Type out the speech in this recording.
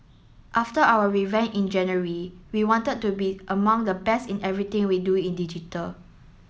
after our revamp in January we wanted to be among the best in everything we do in digital